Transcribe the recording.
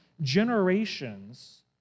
Generations